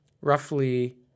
roughly